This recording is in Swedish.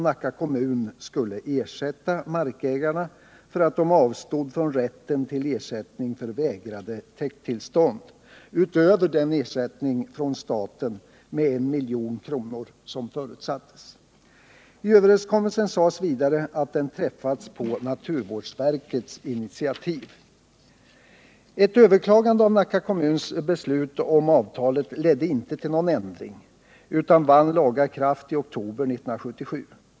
Nacka kommun skulle, utöver den ersättning från staten med 1 milj.kr. som förutsattes, ersätta markägaren för att han avstod från rätten till ersättning för vägrade täkttillstånd. I överenskommelsen sades vidare att denna träffats på naturvårdsverkets initiativ. Ett överklagande av Nacka kommuns beslut om avtalet ledde inte till någon ändring, utan avtalet vann laga kraft i oktober 1977.